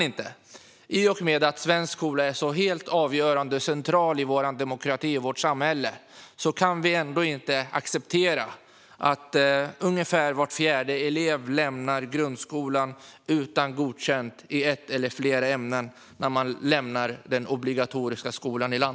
I och med att svensk skola är så helt avgörande och central i vår demokrati och i vårt samhälle kan vi ändå inte acceptera att ungefär var fjärde elev lämnar den obligatoriska grundskolan utan godkänt betyg i ett eller flera ämnen.